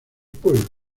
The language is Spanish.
pueblo